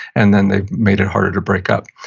and then they've made it harder to breakup.